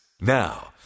Now